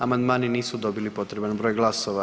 Amandmani nisu dobili potreban broj glasova.